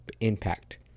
impact